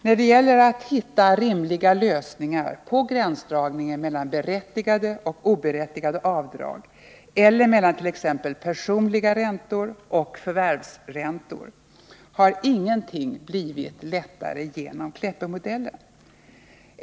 När det gäller att hitta rimliga lösningar på gränsdragningen mellan berättigade och oberättigade avdrag eller mellan t.ex. personliga räntor och förvärvsräntor har ingenting blivit lättare genom Kleppemodellen.